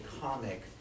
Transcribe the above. comic